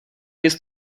jest